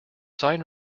sign